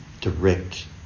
direct